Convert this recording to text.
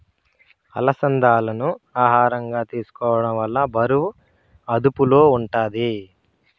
అలసందాలను ఆహారంగా తీసుకోవడం వల్ల బరువు అదుపులో ఉంటాది